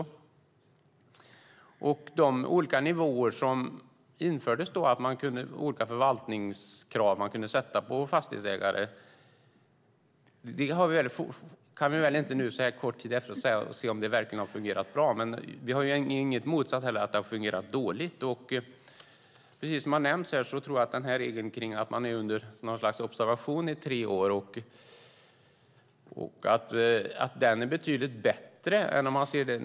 Om det har fungerat bra med de olika nivåer som då infördes, med olika förvaltningskrav som kunde ställas på fastighetsägare, kan vi inte efter så här kort tid säga, men det finns inget som tyder på motsatsen, att det skulle ha fungerat dåligt. Precis som har sagts här tror jag att regeln om att man är under ett slags observation i tre år är betydligt bättre än vad som fanns tidigare.